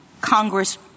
Congress